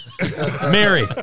Mary